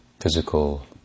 physical